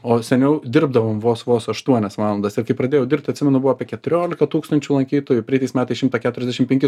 o seniau dirbdavom vos vos aštuonias valandas ir kai pradėjau dirbt atsimenu buvo apie keturiolika tūkstančių lankytojų praeitais metais šimtą keturiasdešim penki